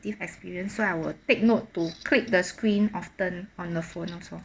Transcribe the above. experience so I will take note to click the screen often on the phone also